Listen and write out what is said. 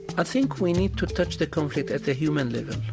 i think we need to touch the conflict at the human level.